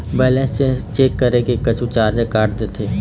Balance check करें कुछू charge काट देथे?